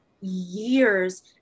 years